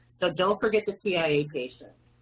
so don't forget the tia patients.